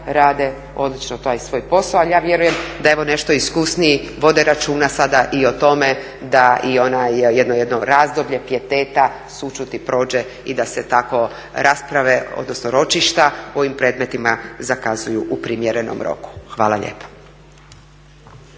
rade odlično taj svoj posao, ali ja vjerujem da evo nešto iskusniji vode sada računa i o tome da ono jedno razdoblje pijeteta, sućuti prođe i da se tako ročišta o ovim predmetima zakazuju u primjerenom roku. Hvala lijepa.